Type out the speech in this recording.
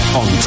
on